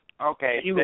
Okay